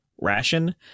ration